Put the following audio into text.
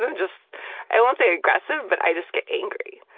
um just i won't say aggressive but i just get angry.